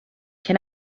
can